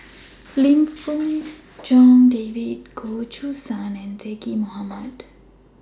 Lim Fong Jock David Goh Choo San and Zaqy Mohamad